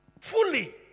fully